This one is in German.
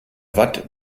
watt